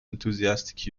enthusiastic